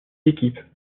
équipes